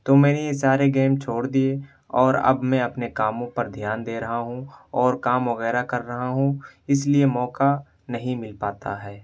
تو میں نے یہ سارے گیم چھوڑ دیے اور اب میں اپنے کاموں پر دھیان دے رہا ہوں اور کام وغیرہ کر رہا ہوں اس لیے موقع نہیں مل پاتا ہے